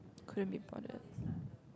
couldn't be bothered